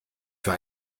für